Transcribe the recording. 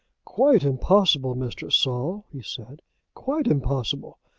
quite impossible, mr. saul, he said quite impossible.